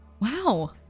Wow